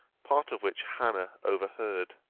part of which hannah overheard.